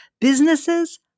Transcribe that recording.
businesses